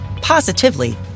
positively